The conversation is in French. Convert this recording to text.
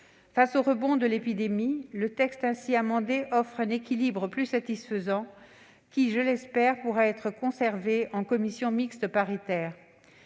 Face au rebond de l'épidémie, le texte ainsi amendé offre un équilibre plus satisfaisant, qui, je l'espère, pourra être conservé en commission mixte paritaire.